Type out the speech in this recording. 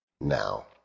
Now